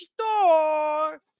store